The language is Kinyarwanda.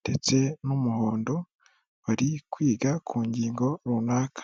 ndetse n'umuhondo bari kwiga ku ngingo runaka.